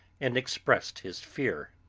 and expressed his fear.